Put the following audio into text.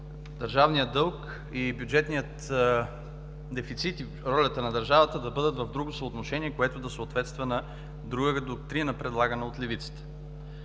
държавният дълг, бюджетният дефицит и ролята на държавата да бъдат в друго съотношение, което да съответства на друга доктрина, предлагана от левицата.